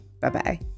Bye-bye